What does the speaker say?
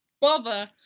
Bother